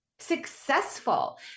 successful